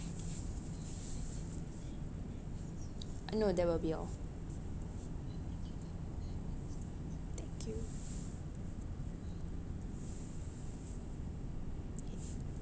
no that will be all thank you